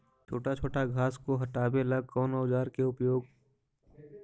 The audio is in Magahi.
छोटा छोटा घास को हटाबे ला कौन औजार के प्रयोग करि?